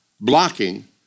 blocking